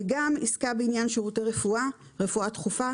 גם עסקה בעניין שירותי רפואה דחופה,